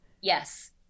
yes